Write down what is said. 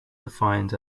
defined